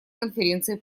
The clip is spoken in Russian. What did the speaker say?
конференции